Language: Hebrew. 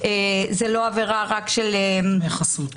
עבירה רק של סחיטה לדמי חסות.